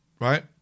Right